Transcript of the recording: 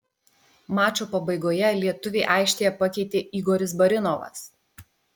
mačo pabaigoje lietuvį aikštėje pakeitė igoris barinovas